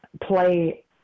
play